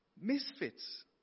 misfits